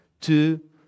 Two